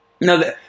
no